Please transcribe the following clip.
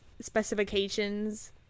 specifications